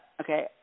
Okay